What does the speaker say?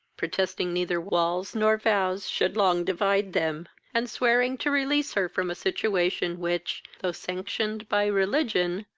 protesting neither walls nor vows should long divide them, and swearing to release her from a situation, which, though sanctioned by religion,